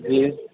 جی